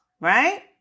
Right